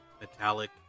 metallic